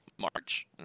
march